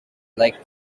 like